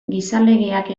gizalegeak